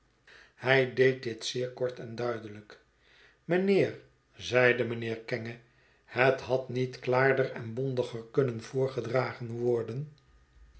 hij deed dit zeer kort en duidelijk mijnheer zeide mijnheer kenge het had niet klaarder en bondiger kunnen voorgedragen worden